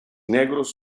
negros